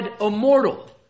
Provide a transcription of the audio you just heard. immortal